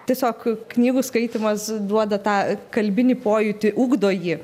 tiesiog knygų skaitymas duoda tą kalbinį pojūtį ugdo jį